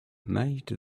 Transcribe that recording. made